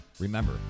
Remember